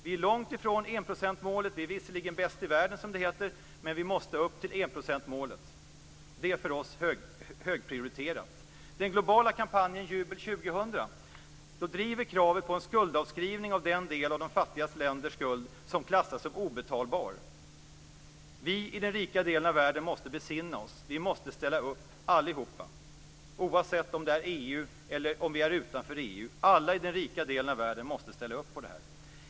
Vi är långt ifrån enprocentsmålet. Vi är visserligen bäst i världen, som det heter, men vi måste nå upp till enprocentsmålet. Det är för oss högprioriterat. Den globala kampanjen Jubel 2000 driver kravet på en skuldavskrivning av den del av de fattigaste ländernas skuld som klassas som obetalbar. Vi i den rika delen av världen måste nu besinna oss. Vi måste ställa upp allihop, oavsett om vi är med i EU eller står utanför. Alla i den rika delen av världen måste ställa upp på detta.